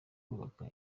kubaka